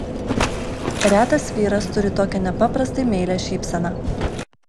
retas vyras turi tokią nepaprastai meilią šypseną